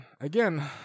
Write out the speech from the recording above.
Again